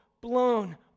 blown